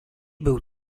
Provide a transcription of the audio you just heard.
był